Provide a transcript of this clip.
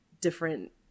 different